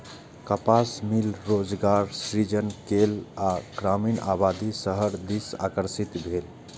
कपास मिल रोजगारक सृजन केलक आ ग्रामीण आबादी शहर दिस आकर्षित भेल